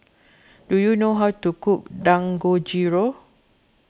do you know how to cook Dangojiru